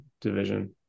division